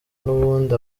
n’ubundi